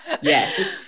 Yes